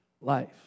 life